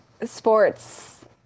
sports